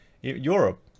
Europe